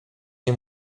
nie